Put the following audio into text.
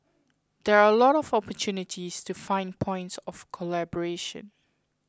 there are a lot of opportunities to find points of collaboration